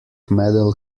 medal